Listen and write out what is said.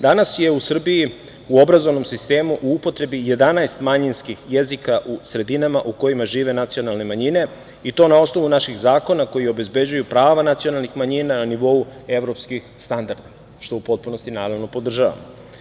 Danas je u Srbiji u obrazovnom sistemu u upotrebi 11 manjinskih jezika u sredinama u kojima žive nacionalne manjine i to na osnovu naših zakona koji obezbeđuju prava nacionalnih manjina na nivou evropskih standarda, što u potpunosti naravno podržavam.